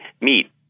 meet